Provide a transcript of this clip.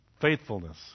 Faithfulness